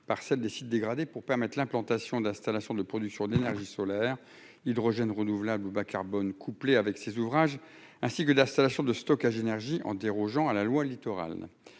par celle des sites dégradés pour permettre l'implantation d'installations de production d'énergie solaire, hydrogène renouvelable ou bas-carbone couplé avec ses ouvrages ainsi que d'installations de stockage d'énergie en dérogeant à la loi littoral,